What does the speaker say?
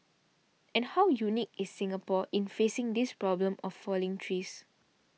and how unique is Singapore in facing this problem of falling trees